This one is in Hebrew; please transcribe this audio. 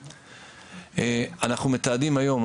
אנחנו מתעדים היום,